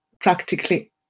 practically